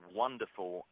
wonderful